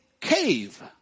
cave